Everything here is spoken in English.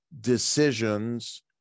decisions